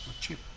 cheap